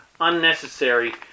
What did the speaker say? unnecessary